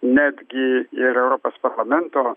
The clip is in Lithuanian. netgi ir europos parlamento